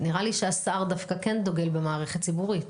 נראה לי שהשר דווקא כן דוגל במערכת ציבורית.